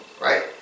right